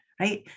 right